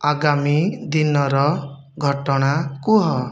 ଆଗାମୀ ଦିନର ଘଟଣା କୁହ